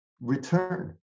return